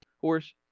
horse